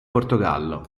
portogallo